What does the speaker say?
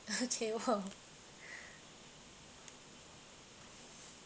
a table